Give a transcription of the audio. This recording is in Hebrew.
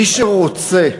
מי שרוצה,